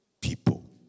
people